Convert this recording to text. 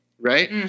Right